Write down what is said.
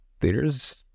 theaters